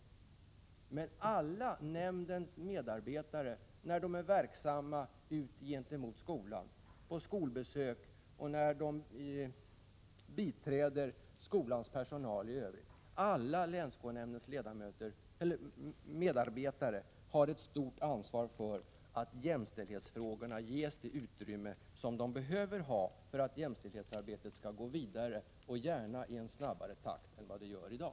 Alla ledamöter i nämnden har dock när de är verksamma i skolsammanhang, t.ex. när de är ute på skolbesök och när de biträder skolans personal i övrigt, ett stort ansvar för att jämställdhetsfrågorna ges det utrymme som de behöver ha för att jämställdhetsarbetet skall gå vidare, gärna i en snabbare takt än i dag.